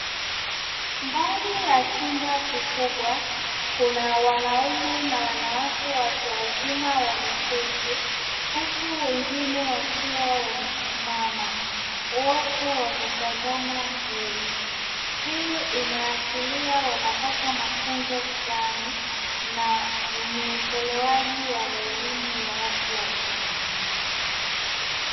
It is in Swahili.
Ndani ya chumba kikubwa kuna wanaume na wanawake watu wazima wameketi huku wengine wakiwa wamesimama, wote wametazama mbele. Hii inaashiria wanapata mafunzo fulani na ni utolewaji wa elimu ya watu wazima.